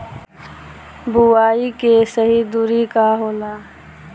बुआई के सही दूरी का होला?